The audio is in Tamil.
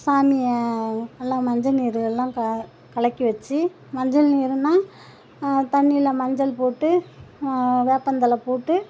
சாமியை எல்லாம் மஞ்சள் நீர் எல்லாம் க கலக்கி வெச்சு மஞ்சள் நீருனால் தண்ணியில் மஞ்சள் போட்டு வேப்பந்தழை போட்டு